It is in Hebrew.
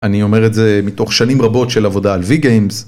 אני אומר את זה מתוך שנים רבות של עבודה על V-GAMES